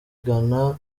ghana